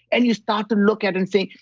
and you start to look at and say,